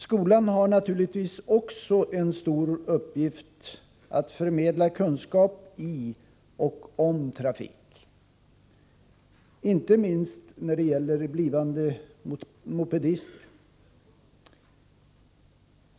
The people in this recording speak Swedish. Skolan har också en stor uppgift i att förmedla kunskap i och om trafik, inte minst när det gäller blivande mopedister.